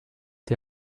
die